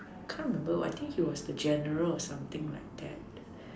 can't remember I think he was the general or something like that